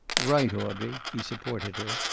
right, audrey, he supported her.